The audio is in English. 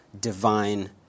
divine